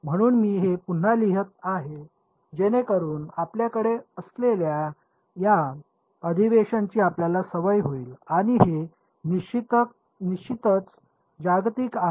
म्हणून मी हे पुन्हा लिहित आहे जेणेकरून आपल्याकडे असलेल्या या अधिवेशनाची आपल्याला सवय होईल आणि हे निश्चितच जागतिक आहे